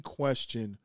question